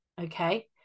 okay